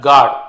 God